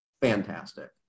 fantastic